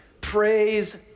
Praise